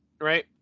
right